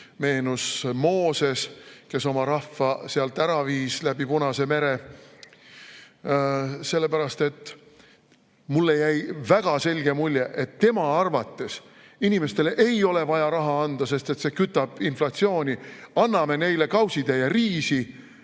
meenus Mooses, kes oma rahva sealt ära viis läbi Punase mere. Sellepärast et mulle jäi väga selge mulje, et tema arvates inimestele ei ole vaja raha anda, sest see kütab inflatsiooni. Anname neile kausitäie riisi,